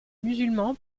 musulman